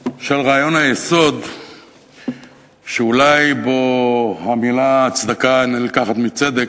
של רעיון היסוד שאולי בו המלה צדקה נלקחת מצדק,